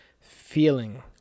feeling